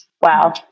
Wow